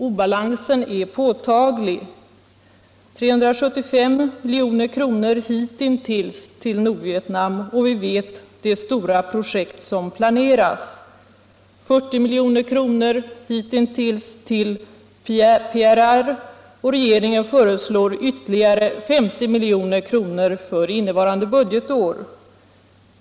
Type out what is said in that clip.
Obalansen är påtaglig: 375 milj.kr. hitintills till Nordvietnam, och vi vet vilka stora projekt som planeras. 40 milj.kr. hitintills till PRR, och regeringen föreslår ytterligare 50 milj.kr. för innevarande budgetår.